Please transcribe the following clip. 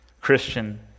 Christian